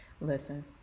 Listen